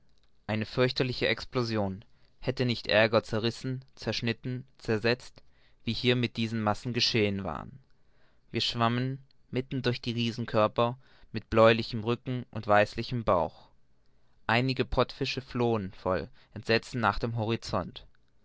eine fürchterliche explosion hätte nicht ärger zerrissen zerschnitten zersetzt wie hier mit diesen massen geschehen war wir schwammen mitten durch die riesenkörper mit bläulichem rücken und weißlichem bauch einige pottfische flohen voll entsetzen nach dem horizont